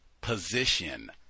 position